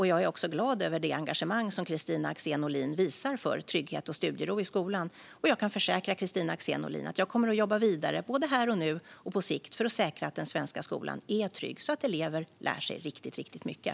Jag är glad över det engagemang som Kristina Axén Olin visar för trygghet och studiero i skolan, och jag kan försäkra Kristina Axén Olin att jag kommer att jobba vidare - både här och nu och på sikt - för att säkra att den svenska skolan är trygg så att elever lär sig riktigt mycket.